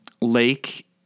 Lake